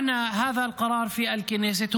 (אומר דברים בערבית,